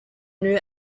new